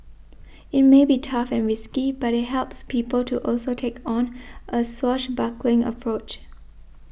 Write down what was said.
it may be tough and risky but it helps people to also take on a swashbuckling approach